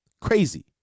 crazy